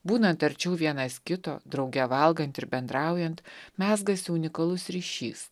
būnant arčiau vienas kito drauge valgant ir bendraujant mezgasi unikalus ryšys